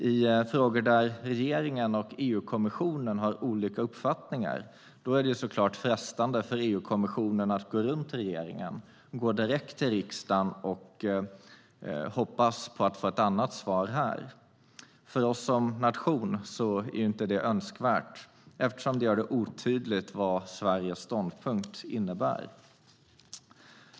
I frågor där regeringen och EU-kommissionen har olika uppfattningar är det frestande för EU-kommissionen att gå runt regeringen och gå direkt till riksdagen och hoppas på att få ett annat svar här. För oss som nation är det inte önskvärt eftersom det gör det otydligt vad Sveriges ståndpunkt innebär.